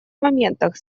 моментах